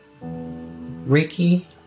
Ricky